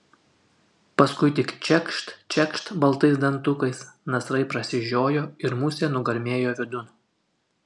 paskui tik čekšt čekšt baltais dantukais nasrai prasižiojo ir musė nugarmėjo vidun